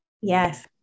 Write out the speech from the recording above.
Yes